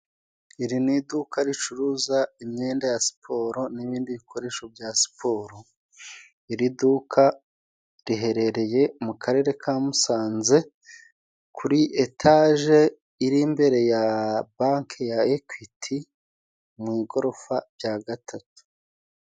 Iri ni iduka ricuruza imyenda ya siporo n'ibindi bikoresho bya siporo. Iri duka riherereye mu karere ka Musanze kuri etaje iri imbere ya banke ya ekwiti mu igorofa rya gatatu.